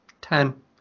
Ten